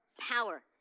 power